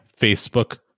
Facebook